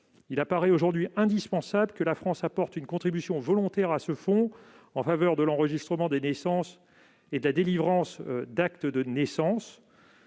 il apparaît aujourd'hui indispensable que la France apporte une contribution volontaire à ce fonds en faveur de l'enregistrement des naissances et de la délivrance d'actes de naissance.